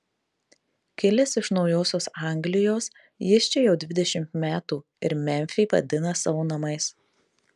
kilęs iš naujosios anglijos jis čia jau dvidešimt metų ir memfį vadina savo namais